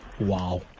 Wow